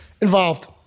involved